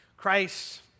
Christ